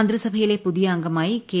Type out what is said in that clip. മന്ത്രിസഭയിലെ പുതിയ അംഗമായി കെ